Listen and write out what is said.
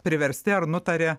priversti ar nutaria